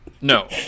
No